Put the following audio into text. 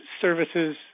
services